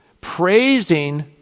praising